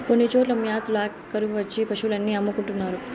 కొన్ని చోట్ల మ్యాత ల్యాక కరువు వచ్చి పశులు అన్ని అమ్ముకుంటున్నారు